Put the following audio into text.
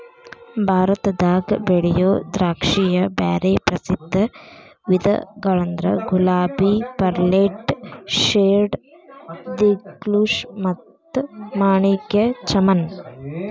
ಭಾರತದಾಗ ಬೆಳಿಯೋ ದ್ರಾಕ್ಷಿಯ ಬ್ಯಾರೆ ಪ್ರಸಿದ್ಧ ವಿಧಗಳಂದ್ರ ಗುಲಾಬಿ, ಪರ್ಲೆಟ್, ಶೇರ್ಡ್, ದಿಲ್ಖುಷ್ ಮತ್ತ ಮಾಣಿಕ್ ಚಮನ್